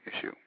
issue